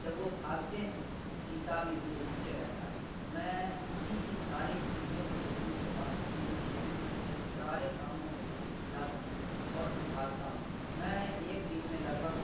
جب وہ بھاگتے ہیں تو چیتا بھی ان کے پیچھے رہتا ہے میں اسی کی ساری چیزوں کو دیکھنے کے بعد اپنی زندگی میں ان کے سارے کاموں کو لاتا ہوں اور پھر بھاگتا ہوں میں ایک دن میں لگ بھگ